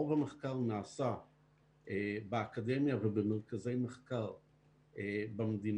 רוב המחקר נעשה באקדמיה ומרכזי מחקר במדינה,